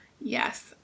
Yes